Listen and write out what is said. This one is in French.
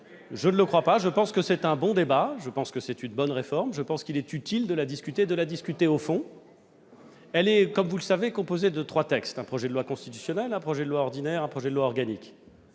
Je ne le crois pas. Je pense que c'est un bon débat, je pense que c'est une bonne réforme, je pense qu'il est utile de la discuter au fond. Elle est, comme vous le savez, composée de trois textes : un projet de loi constitutionnelle, un projet de loi ordinaire, un projet de loi organique.